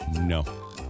No